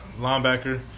linebacker